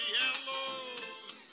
yellows